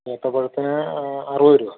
ഏത്തപ്പഴത്തിന് അറുപത് രൂപ